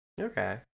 Okay